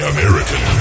American